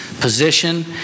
position